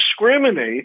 discriminate